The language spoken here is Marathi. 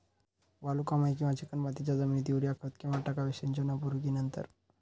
वालुकामय किंवा चिकणमातीच्या जमिनीत युरिया खत केव्हा टाकावे, सिंचनापूर्वी की नंतर?